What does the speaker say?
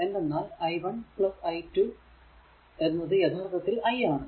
എന്തെന്നാൽ i1 i2 യഥാർത്ഥത്തിൽ i ആണ്